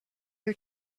her